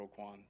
Roquan